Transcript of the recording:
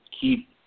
keep